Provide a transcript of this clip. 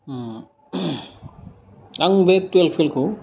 ओम आं बे थुयेल्भ फेइलखौ